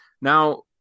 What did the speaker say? Now